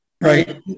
Right